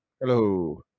hello